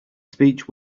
speech